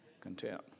Content